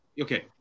Okay